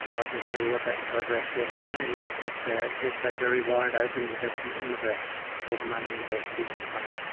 i can tell you what that paragraph says to me is that that it's a very wide open investment universe for the money invested in this fund.